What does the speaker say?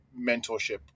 mentorship